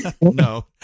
No